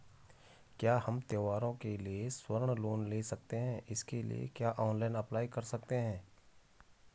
क्या हम त्यौहारों के लिए स्वर्ण लोन ले सकते हैं इसके लिए क्या ऑनलाइन अप्लाई कर सकते हैं?